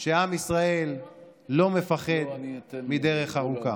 שעם ישראל לא מפחד מדרך ארוכה.